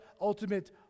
ultimate